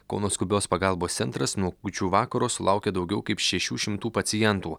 kauno skubios pagalbos centras nuo kūčių vakaro sulaukė daugiau kaip šešių šimtų pacientų